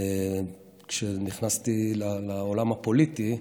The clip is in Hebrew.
כשנכנסתי לעולם הפוליטי.